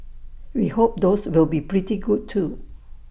we hope those will be pretty good too